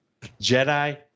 Jedi